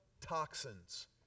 toxins